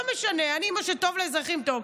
לא משנה, מה שטוב לאזרחים, זה טוב.